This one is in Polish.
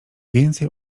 więcej